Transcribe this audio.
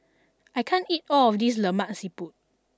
I can't eat all of this Lemak Siput